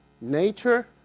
nature